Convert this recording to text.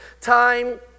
time